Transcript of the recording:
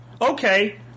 Okay